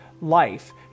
life